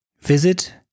visit